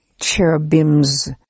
cherubims